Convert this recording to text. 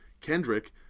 Kendrick